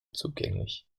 zugänglich